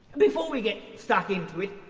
before we get stuck into it,